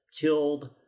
killed